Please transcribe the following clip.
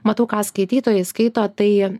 matau ką skaitytojai skaito tai